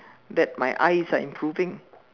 that my eyes are improving